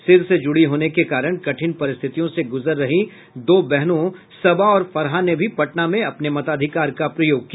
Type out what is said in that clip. सिर से जुड़ी होने के कारण कठिन परिस्थितियों से गुजर रही दो बहनों सबा और फरहा ने भी पटना में अपने मताधिकार का प्रयोग किया